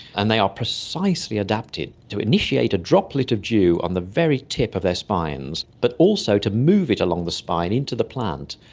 and they are precisely adapted to initiate a droplet of dew on the very tip of their spines, but also to move it along the spine into the plant,